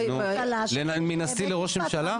מנשיא לראש הממשלה?